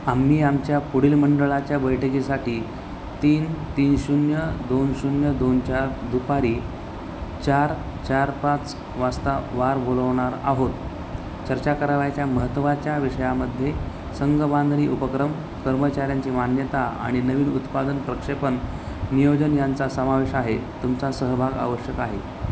आम्ही आमच्या पुढील मंडळाच्या बैठकीसाठी तीन तीन शून्य दोन शून्य दोन चार दुपारी चार चार पाच वाजता वार बोलवणार आहोत चर्चा करावयाच्या महत्त्वाच्या विषयामध्ये संघ बांधणी उपक्रम कर्मचाऱ्यांची मान्यता आणि नवीन उत्पादन प्रक्षेपण नियोजन यांचा समावेश आहे तुमचा सहभाग आवश्यक आहे